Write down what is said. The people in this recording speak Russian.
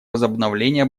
возобновления